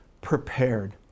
prepared